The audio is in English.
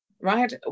right